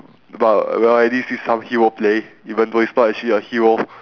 but well I did see some hero play even though it's not actually a hero